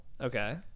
Okay